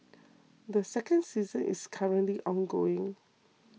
the second season is currently ongoing